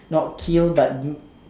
not kill but